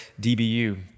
DBU